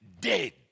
dead